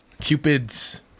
Cupid's